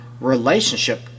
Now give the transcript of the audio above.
relationship